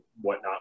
whatnot